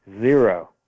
Zero